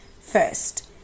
First